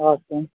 अच्छा